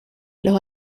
los